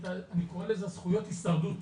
אני קורא לזה זכויות הישרדות,